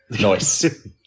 Nice